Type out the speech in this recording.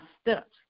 steps